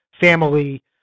family